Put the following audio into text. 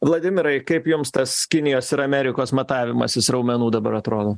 vladimirai kaip jums tas kinijos ir amerikos matavimasis raumenų dabar atrodo